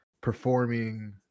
performing